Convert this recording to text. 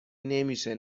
نمیشه